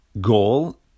goal